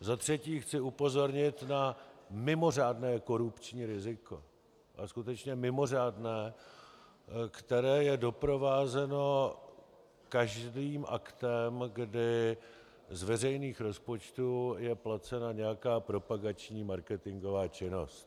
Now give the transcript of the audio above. Za třetí chci upozornit na mimořádné korupční riziko, a skutečně mimořádné, které je doprovázeno každým aktem, kdy z veřejných rozpočtů je placena nějaká propagační marketingová činnost.